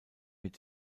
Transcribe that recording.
mit